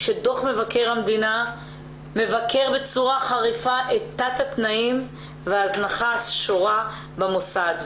שדוח מבקר המדינה מבקר בצורה חריפה את תת התנאים וההזנחה השורה במוסד,